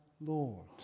Lord